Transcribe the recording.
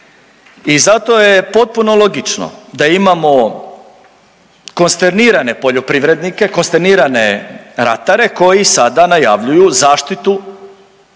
I zato je potpuno logično da imamo konsternirane poljoprivrednike, konsternirane ratare koji sada najavljuju zaštitu europskih